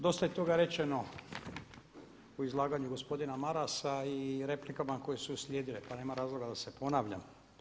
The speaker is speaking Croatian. Dosta je toga rečeno u izlaganju gospodina Marasa i replikama koje su uslijedile, pa nema razloga da se ponavljam.